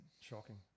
Shocking